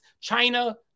China